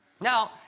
Now